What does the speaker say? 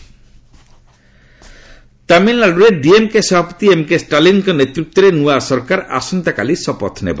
Stalin oath ତାମିଲନାଡ଼ରେ DMK ସଭାପତି MK ଷ୍ଟାଲିନ୍ଙ୍କ ନେତୃତ୍ୱରେ ନୂଆ ସରକାର ଆସନ୍ତାକାଲି ଶପଥ ନେବ